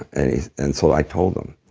and and so i told him.